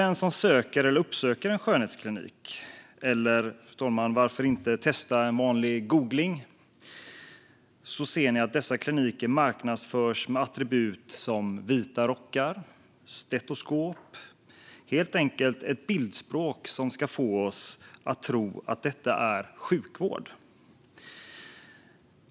Den som söker eller uppsöker en skönhetsklinik - det kan också räcka med en vanlig googling - ser att dessa kliniker marknadsförs med attribut som vita rockar och stetoskop. Det är helt enkelt ett bildspråk som ska få oss att tro att detta är sjukvård.